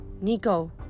Nico